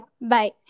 Bye